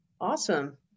Awesome